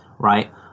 right